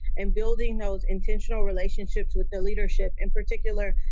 and building knows intentional relationships with their leadership in particular.